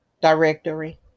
directory